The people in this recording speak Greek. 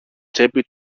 τσέπη